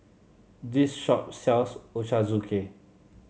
this shop sells Ochazuke